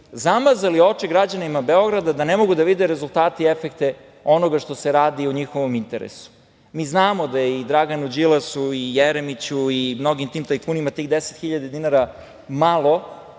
zamazali oči građanima Beograda, da ne mogu da vide rezultate i efekte onoga što se radi u njihovom interesu. Mi znamo da je i Draganu Đilasu i Jeremiću i mnogim tim tajkunima tih 10.000 dinara malo